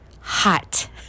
hot